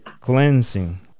cleansing